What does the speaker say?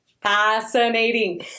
fascinating